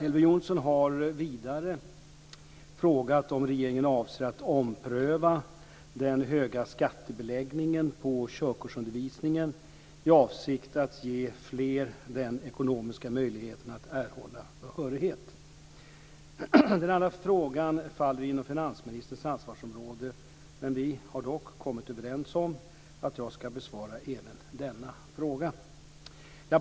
Elver Jonsson har vidare frågat om regeringen avser att ompröva den höga skattebeläggningen på körkortsundervisningen i avsikt att ge fler den ekonomiska möjligheten att erhålla behörighet. Den andra frågan faller inom finansministerns ansvarsområde. Vi har dock kommit överens om att jag ska besvara även denna fråga.